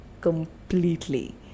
completely